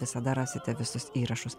visada rasite visus įrašus